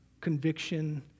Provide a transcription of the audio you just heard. conviction